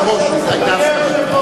לבקש שמית.